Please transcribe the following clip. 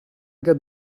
get